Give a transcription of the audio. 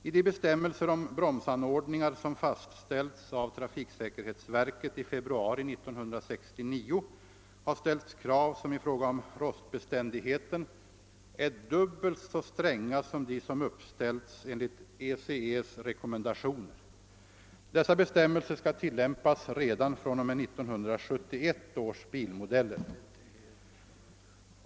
I de bestämmelser om bromsanordningar, som fastställts av trafiksäkerhetsverket i februari 1969, har ställts krav som i fråga om rostbeständigheten är dubbelt så stränga som de som uppställts enligt ECE:s rekommendationer. Dessa bestämmelser skall tillämpas redan fr.o.m. 1971 års bilmodeller.